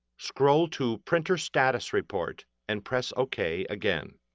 scroll to printer status report and press ok again.